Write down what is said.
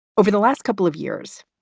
over the last couple of years,